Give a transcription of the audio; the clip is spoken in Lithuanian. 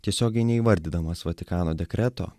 tiesiogiai neįvardydamas vatikano dekreto